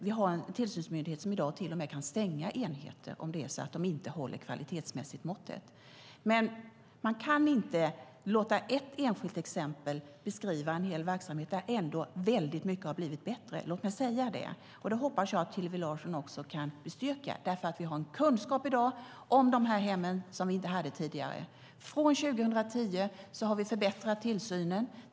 I dag har vi en tillsynsmyndighet som till och med kan stänga enheter om de inte håller måttet kvalitetsmässigt. Man kan dock inte låta ett enskilt exempel beskriva en hel verksamhet. Mycket har ändå blivit bättre, och det hoppas jag att Hillevi Larsson också kan bestyrka. I dag har vi en kunskap om dessa hem som vi inte hade tidigare. Från 2010 har vi förbättrat tillsynen.